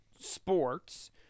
sports